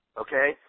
okay